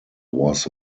was